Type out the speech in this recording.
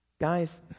Guys